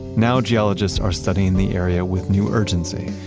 now geologists are studying the area with new urgency.